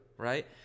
Right